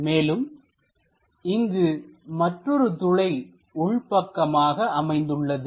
மேலும் இங்கு மற்றொரு துளை உள்பக்கமாக அமைந்துள்ளது